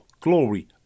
glory